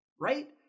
right